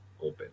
open